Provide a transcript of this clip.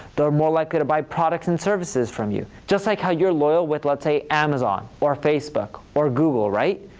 they're more likely to buy products and services from you. just like how you're loyal with, let's say, amazon or facebook or google, right?